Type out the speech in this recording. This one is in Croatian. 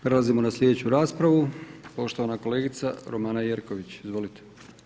Prelazimo na sljedeću raspravu, poštovana kolegica Romana Jerković, izvolite.